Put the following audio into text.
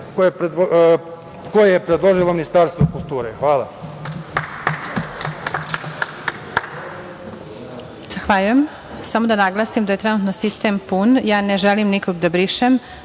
koje je predložilo Ministarstvo kulture. Hvala.